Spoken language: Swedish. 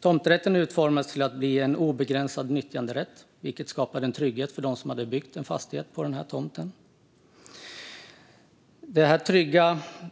Tomträtten utformades till att bli en obegränsad nyttjanderätt, vilket skapade trygghet för dem som byggt en fastighet på tomten.